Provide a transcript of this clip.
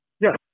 Yes